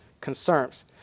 concerns